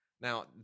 Now